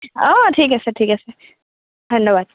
অঁ অঁ ঠিক আছে ঠিক আছে ধন্যবাদ